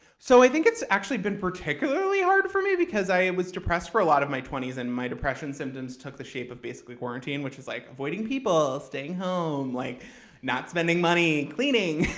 so i think it's actually been particularly hard for me because i was depressed for a lot of my twenty s, and my depression symptoms took the shape of basically quarantine, which was like avoiding people, staying home, like not spending money, cleaning.